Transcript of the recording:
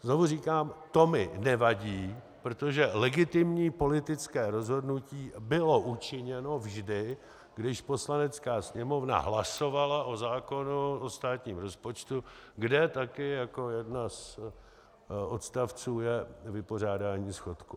Znovu říkám, to mi nevadí, protože legitimní politické rozhodnutí bylo učiněno vždy, když Poslanecká sněmovna hlasovala o zákonu o státním rozpočtu, kde také jako jeden z odstavců je vypořádání schodku.